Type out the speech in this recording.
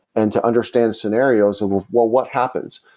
and to understand scenarios of of well, what happens?